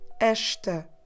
esta